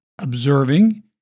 observing